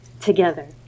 together